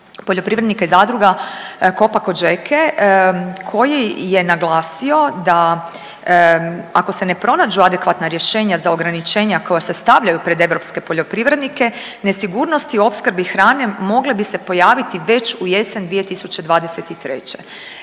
poljoprivrednika i zadruga COPA COGECE koji je naglasio da ako se ne pronađu adekvatna rješenja za ograničenja koja se stavljaju pred europske poljoprivrednike, nesigurnosti u opskrbi hranom mogle bi se pojaviti već u jesen 2023.